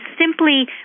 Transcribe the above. simply